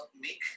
make